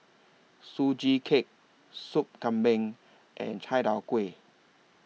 Sugee Cake Sup Kambing and Chai Tow Kuay